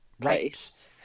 place